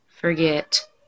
forget